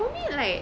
for me like